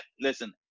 listen